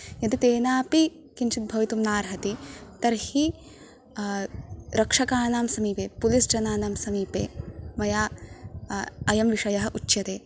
यदि तेनापि किञ्चित् भवितुं नार्हति तर्हि रक्षकाणां समीपे पुलिस् जनानां समीपे मया अयं विषयः उच्यते